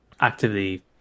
actively